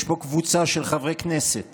יש פה קבוצה של חברי כנסת